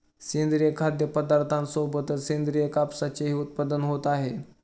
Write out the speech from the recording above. सेंद्रिय खाद्यपदार्थांसोबतच सेंद्रिय कापसाचेही उत्पादन होत आहे